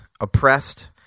oppressed